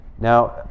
Now